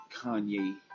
Kanye